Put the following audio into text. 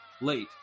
late